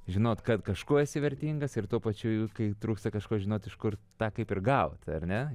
žinot kad kažkuo esi vertingas ir tuo pačiu kai trūksta kažko žinot iš kur tą kaip ir gaut ar ne